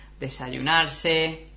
desayunarse